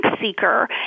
seeker